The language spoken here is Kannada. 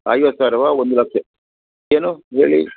ಐವತ್ತು ಸಾವಿರವಾ ಒಂದು ಲಕ್ಷ ಏನು ಹೇಳಿ